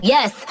Yes